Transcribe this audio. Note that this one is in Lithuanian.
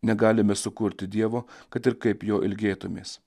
negalime sukurti dievo kad ir kaip jo ilgėtumės